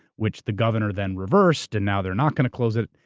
which the governor then reversed. and now they're not going to close it.